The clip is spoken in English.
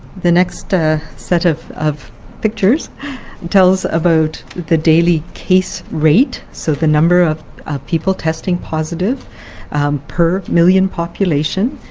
the next ah set of of pictures tells about the daily case rate, so the number of people testing positive per million population.